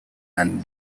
and